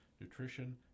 nutrition